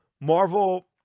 Marvel